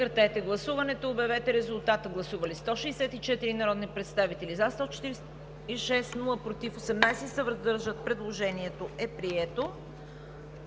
Предложението е прието.